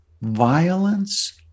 violence